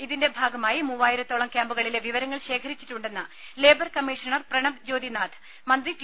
ഇതിന്റെ ഭാഗമായി മൂവായിരത്തോളം ക്യാമ്പുകളിലെ വിവരങ്ങൾ ശേഖരിച്ചിട്ടുണ്ടെന്ന് ലേബർ കമ്മീഷണർ പ്രണബ് ജ്യോതിനാഥ് മന്ത്രി ടി